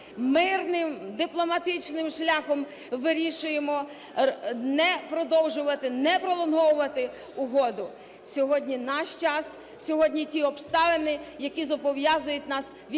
мирним, дипломатичним шляхом вирішуємо не продовжувати, не пролонговувати угоду. Сьогодні наш час, сьогодні ті обставини, які зобов'язують нас відповідально